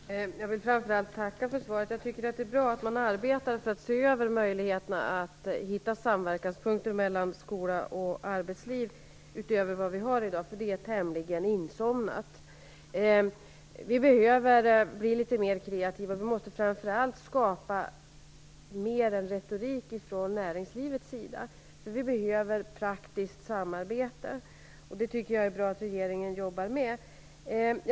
Fru talman! Jag vill framför allt tacka för svaret. Jag tycker att det är bra att man arbetar för att se över möjligheterna att hitta samverkanspunkter mellan skola och arbetsliv utöver vad vi har i dag, för det är tämligen insomnat. Vi behöver bli litet mer kreativa. Vi måste framför allt skapa mer än retorik från näringslivets sida. Vi behöver praktiskt samarbete, och jag tycker att det är bra att regeringen jobbar med det.